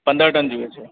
પંદર ટન જોઈએ છે